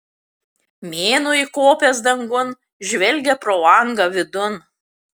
mėnuo įkopęs dangun žvelgia pro langą vidun